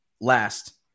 last